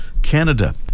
Canada